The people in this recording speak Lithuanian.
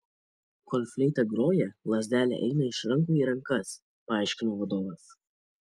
kol fleita groja lazdelė eina iš rankų į rankas paaiškino vadovas